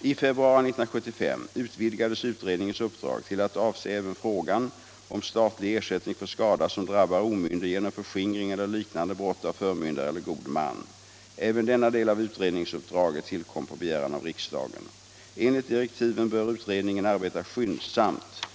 I februari 1975 utvidgades utredningens uppdrag till att avse även frågan om statlig ersättning för skada som drabbar omyndig genom förskingring eller liknande brott av förmyndare eller god man. Även denna del av utredningsuppdraget tillkom på begäran av riksdagen. Enligt direktiven bör utredningen arbeta skyndsamt.